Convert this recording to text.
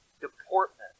deportment